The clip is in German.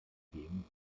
themen